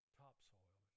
topsoil